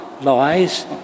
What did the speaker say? lies